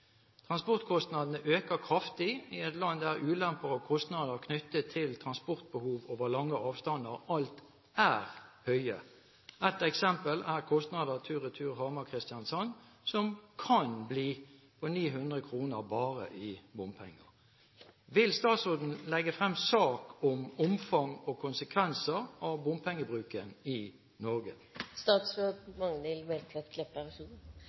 Transportkostnadene øker kraftig i et land der ulemper og kostnader knyttet til transportbehov over lange avstander alt er høye. Et eksempel er kostnader tur-retur Hamar–Kristiansand, som kan bli på 900 kr bare i bompenger. Vil statsråden legge frem sak om omfang og konsekvenser av bompengebruken i